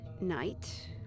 night